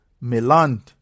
Milan